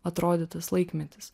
atrodė tas laikmetis